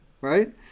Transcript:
Right